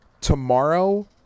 Tomorrow